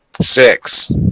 Six